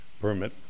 permit